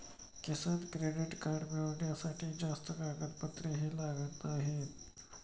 किसान credit card मिळवण्यासाठी जास्त कागदपत्रेही लागत नाहीत